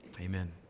amen